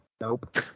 Nope